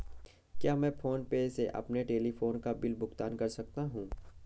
क्या मैं PhonePe से अपने टेलीफोन बिल का भुगतान कर सकता हूँ?